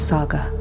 Saga